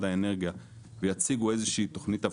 האנרגיה ויציגו איזו שהיא תכנית אבטחה,